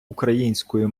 українською